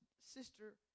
sister